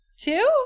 Two